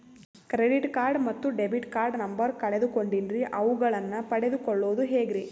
Credit card ಮತ್ತು debit card number ಕಳೆದುಕೊಂಡಿನ್ರಿ ಅವುಗಳನ್ನ ಪಡೆದು ಕೊಳ್ಳೋದು ಹೇಗ್ರಿ?